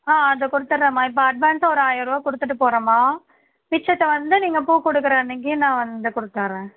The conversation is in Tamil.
ஆ அதை கொடுத்துட்றேன்மா இப்போ அட்வான்ஸாக ஒரு ஆயிர்ரூவா கொடுத்துட்டு போகறேன்மா மிச்சத்தை வந்து நீங்கள் பூ கொடுக்குற அன்றைக்கு நான் வந்து கொடுத்துட்றேன்